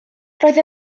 roedd